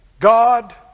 God